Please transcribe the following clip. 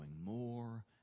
more